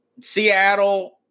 Seattle